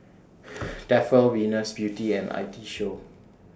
Tefal Venus Beauty and I T Show